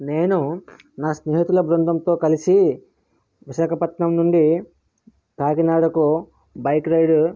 నేను నా స్నేహితుల బృందంతో కలిసి విశాఖపట్నం నుండి కాకినాడకు బైక్ రైడ్